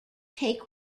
take